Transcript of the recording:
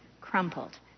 crumpled